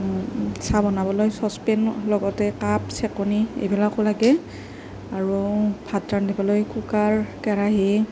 চাহ বনাবলৈ চচ্পেন লগতে কাপ ছেকনি এইবিলাকো লাগে আৰু ভাত ৰান্ধিবলৈ কুকাৰ কেৰাহী